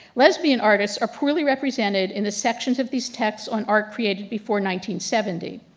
lesbian artists are poorly represented in the sections of these texts on art created before nineteen seventy.